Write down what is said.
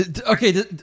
okay